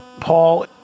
Paul